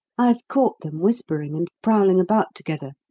i've caught them whispering and prowling about together,